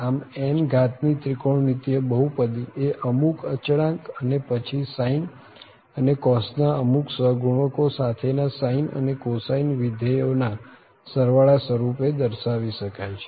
આમ n ઘાતની ત્રિકોણમિતિય બહુપદી એ અમુક અચળાંક અને પછી sine અને cos ના અમુક સહગુણકો સાથે ના sine અને cosine વિધેય ના સરવાળા સ્વરૂપે દર્શાવી શકાય છે